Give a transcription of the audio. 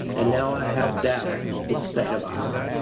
and now i have data for state of iowa.